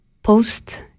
post